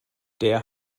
der